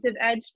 edge